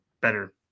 better